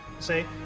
Say